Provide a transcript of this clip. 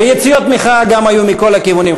ויציאות מחאה גם היו מכל הכיוונים.